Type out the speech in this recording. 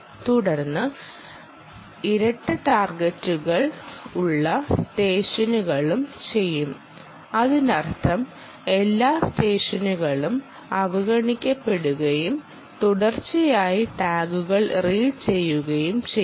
തുടർന്ന് ഇരട്ട ടാർഗെറ്റുകൾ ഉള്ള സ്റ്റെഷനുകളും ചെയ്യും അതിനർത്ഥം എല്ലാ സ്റ്റെഷനുകളും അവഗണിക്കപ്പെടുകയും തുടർച്ചയായി ടാഗുകൾ റീഡ് ചെയ്യുകയും ചെയ്യും